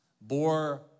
bore